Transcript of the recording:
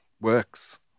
works